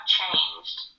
changed